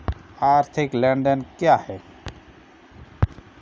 आर्थिक लेनदेन क्या है?